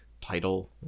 title